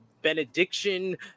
Benediction